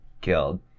killed